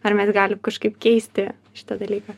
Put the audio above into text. ar mes galim kažkaip keisti šitą dalyką